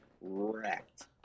wrecked